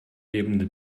lebende